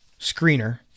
screener